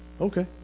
Okay